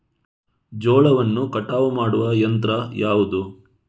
ಜೋಳವನ್ನು ಕಟಾವು ಮಾಡುವ ಯಂತ್ರ ಯಾವುದು?